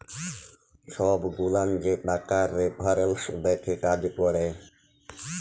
ছব গুলান যে টাকার রেফারেলস দ্যাখে কাজ ক্যরে